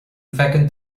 bhfeiceann